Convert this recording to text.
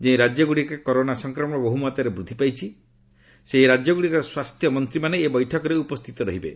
ଯେଉଁ ରାଜ୍ୟଗୁଡ଼ିକରେ କରୋନା ସଂକ୍ରମଣ ବହୁମାତ୍ରାରେ ବୃଦ୍ଧି ପାଇଛି ସେହି ରାଜ୍ୟଗୁଡ଼ିକର ସ୍ୱାସ୍ଥ୍ୟ ମନ୍ତ୍ରୀମାନେ ଏହି ବୈଠକରେ ଉପସ୍ଥିତ ରହିବେ